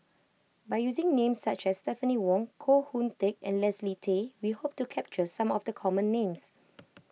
by using names such as Stephanie Wong Koh Hoon Teck and Leslie Tay we hope to capture some of the common names